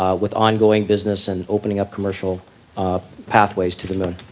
um with ongoing business and opening up commercial pathways to the moon.